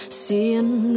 seeing